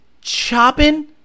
chopping